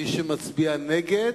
מי שמצביע נגד,